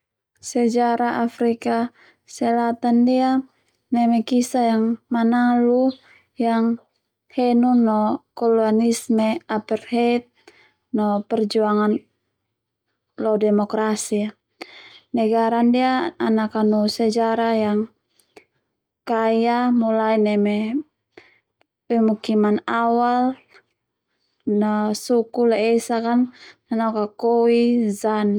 Sejarah Afrika Selatan ndia neme kisah yang manalu yang henun no kolanisme aperheit no perjuangan demokrasi a negara ndia ana kanu sejarah yang kaya mulai neme pemukiman awal no suku laiesak an nanoka koizan.